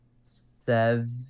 seven